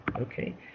Okay